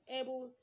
able